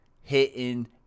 hitting